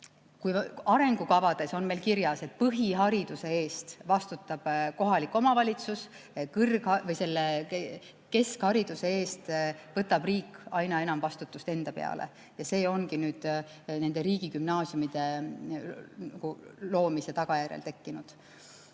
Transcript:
arengukavades on meil kirjas, et põhihariduse eest vastutab kohalik omavalitsus, siis keskhariduse eest võtab riik aina enam vastutust enda peale. See ongi nende riigigümnaasiumide loomise tagajärjel tekkinud.